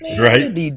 Right